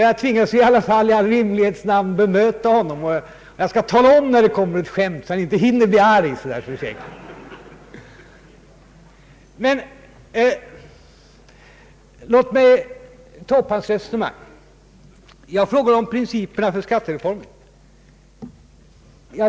Jag tvingas i alla fall i all rimlighets namn att bemöta honom, och jag skall tala om när det kommer ett skämt så att han inte hinner bli arg. Men låt mig ta upp hans resonemang. Jag frågade om principerna för skattereformen.